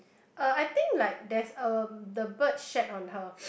uh I think like there's a the bird shat on her